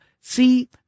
see